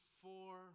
four